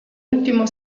ultimo